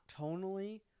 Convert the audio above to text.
tonally